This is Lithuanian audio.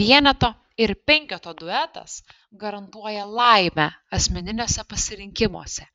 vieneto ir penketo duetas garantuoja laimę asmeniniuose pasirinkimuose